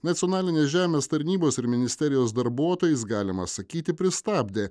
nacionalinės žemės tarnybos ir ministerijos darbuotojais galima sakyti pristabdė